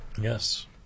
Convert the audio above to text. Yes